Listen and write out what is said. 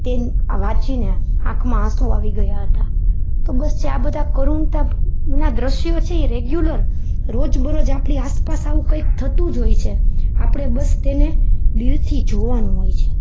તે વાંચીને આંખમાં આંસુ આવી ગયા હતા તો બસ છે આ બધા કરુણતાના દ્રશ્યો છે એ રેગ્યુલર રોજબરોજ આપણી આસપાસ આવું કાંઇ થતું જ હોય છે આપણે બસ તેને દિલથી જોવાનું હોય છે